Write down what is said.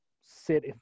sit